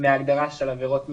מההגדרה של עבירות מין.